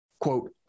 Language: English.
quote